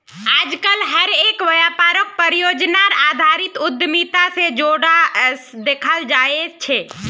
आजकल हर एक व्यापारक परियोजनार आधारित उद्यमिता से जोडे देखाल जाये छे